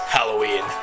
Halloween